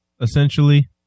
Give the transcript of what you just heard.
essentially